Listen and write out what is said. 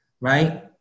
right